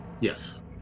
Yes